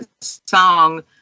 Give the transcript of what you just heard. song